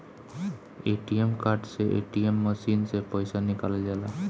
ATM card से ATM machine से पईसा निकालल जाला